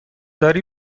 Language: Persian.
داری